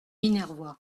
minervois